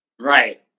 Right